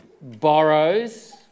borrows